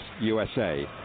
USA